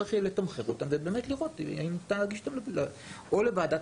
צריך יהיה לתמחר אותם ולראות האם ניתן להגיש אותם או לוועדת